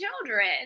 children